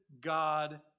God